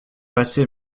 passé